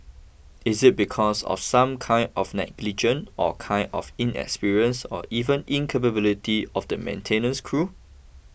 is it because of some kind of negligence or kind of inexperience or even incapability of the maintenance crew